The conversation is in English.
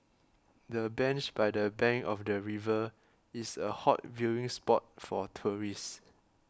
the bench by the bank of the river is a hot viewing spot for tourists